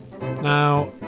Now